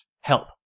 help